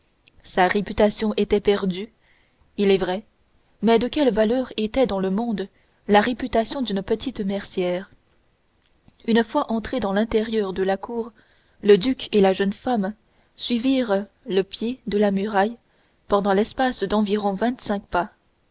sa réputation était perdue il est vrai mais de quelle valeur était dans le monde la réputation d'une petite mercière une fois entrés dans l'intérieur de la cour le duc et la jeune femme suivirent le pied de la muraille pendant l'espace d'environ vingt-cinq pas